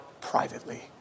privately